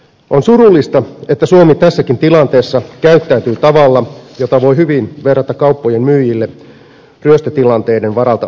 on surullista että suomi tässäkin tilanteessa käyttäytyy tavalla jota voi hyvin verrata kauppojen myyjille ryöstötilanteiden varalta annettuihin ohjeisiin